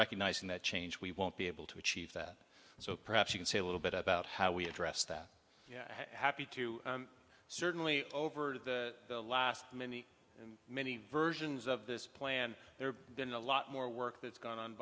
recognizing that change we won't be able to achieve that so perhaps you can say a little bit about how we address that happy to certainly over the last many many versions of this plan there have been a lot more work that's going on